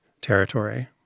territory